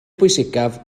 pwysicaf